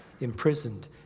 imprisoned